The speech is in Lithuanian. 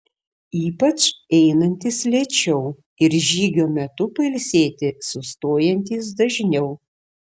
ypač einantys lėčiau ir žygio metu pailsėti sustojantys dažniau